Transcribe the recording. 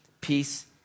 peace